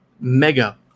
Mega